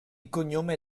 cognome